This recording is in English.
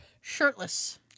shirtless